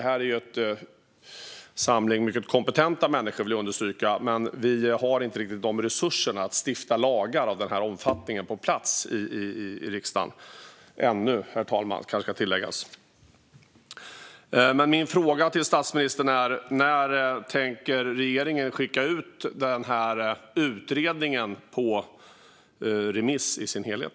Här finns en samling mycket kompetenta människor, vill jag understryka, men vi har inte riktigt resurserna att stifta lagar av den här omfattningen på plats i riksdagen - ännu, kanske jag ska tillägga, herr talman. Min fråga till statsministern är: När tänker regeringen skicka utredningen på remiss i sin helhet?